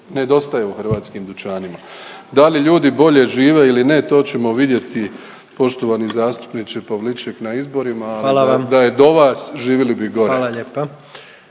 nedostaje u hrvatskim dućanima. Da li ljudi bolje žive ili ne to ćemo vidjeti poštovani zastupniče Pavliček na izborima … …/Upadica predsjednik: Hvala vam./…